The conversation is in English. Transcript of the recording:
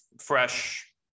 fresh